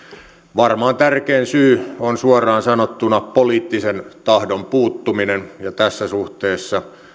varmaan tärkein syy on suoraan sanottuna poliittisen tahdon puuttuminen ja tässä suhteessa